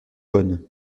bonnes